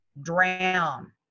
drown